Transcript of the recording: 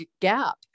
gap